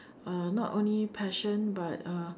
uh not only passion but uh